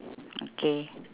okay